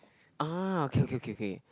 ah okay okay okay